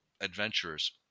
Adventurers